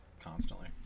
constantly